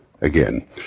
again